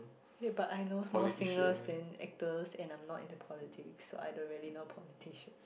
eh but I knows more singers than actors and I'm not into politics so I don't really know politician